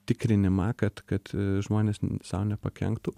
tikrinimą kad kad žmonės sau nepakenktų